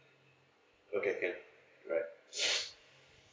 okay can alright